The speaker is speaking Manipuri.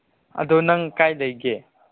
ꯑꯗꯨ ꯅꯪ ꯀꯥꯏ ꯂꯩꯒꯦ